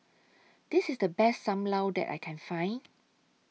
This IS The Best SAM Lau that I Can Find